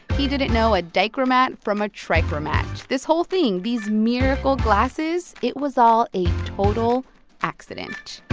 he didn't know a dichromat from a trichromat. this whole thing these miracle glasses, it was all a total accident